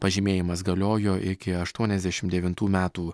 pažymėjimas galiojo iki aštuoniasdešim devintų metų